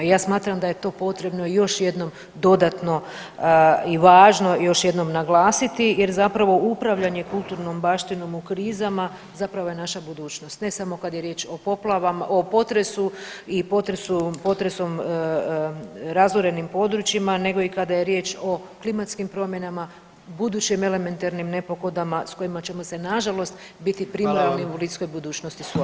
I ja smatram da je to potrebno još jednom dodatno i važno još jednom naglasiti jer zapravo upravljanje kulturnom baštinom u krizama zapravo je naša budućnost, ne samo kad je riječ o potresu i potresom razorenim područjima nego i kada je riječ o klimatskim promjenama, budućim elementarnim nepogodama s kojima ćemo se nažalost biti primorani u bliskoj budućnosti suočavati.